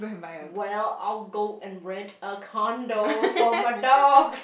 well I'll go and rent a condo for my dog